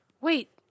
Wait